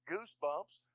Goosebumps